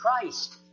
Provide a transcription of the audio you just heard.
Christ